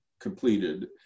completed